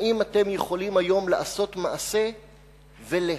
האם אתם יכולים היום לעשות מעשה ולהציל